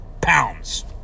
pounds